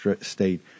state